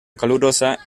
calurosa